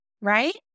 right